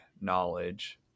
knowledge